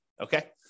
Okay